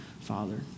Father